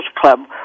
Club